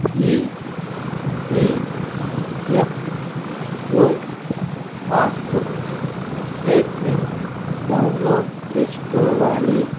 EPFO passbook statement download చేసుకోవాలి